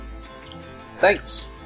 Thanks